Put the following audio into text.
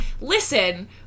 Listen